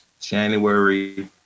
January